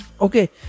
okay